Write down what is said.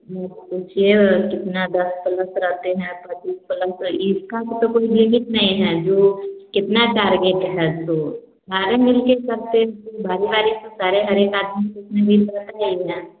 जी सोचिए कितना रहते हैं तो भी पलंग पर इसका तो कोई मीनिंग नहीं है जो कितना टारगेट है तो सारे मिलकर करते हैं बारी बारी से सारे हर एक आदमी ना